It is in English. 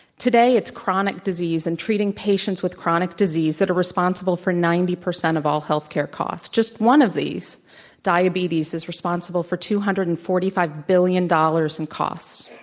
today, it's chronic disease and treating patients with chronic disease that are responsible for ninety percent of all healthcare costs. just one of these diabetes is responsible for two hundred and forty five billion dollars in costs.